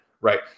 right